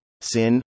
SIN